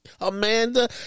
Amanda